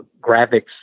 graphics